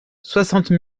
soixante